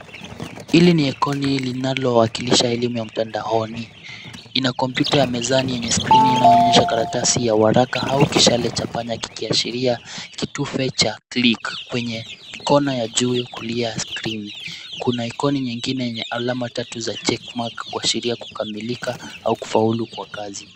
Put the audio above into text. Hili ni ikoni linalowakilisha elimu ya mtandaoni, ina kompyuta ya mezani yenye skrini, inayoonyesha karatasi ya waraka, au kishale cha panya kikiashiria kitufe cha click kwenye kona ya juu, kulia, ya skrini. Kuna ikoni nyingine yenye alama tatu za checkmark kuashiria kukamilika, au kufaulu kwa kazi.